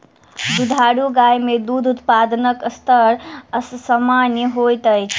दुधारू गाय मे दूध उत्पादनक स्तर असामन्य होइत अछि